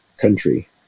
country